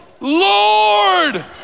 Lord